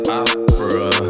opera